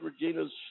Regina's